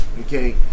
okay